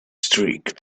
streak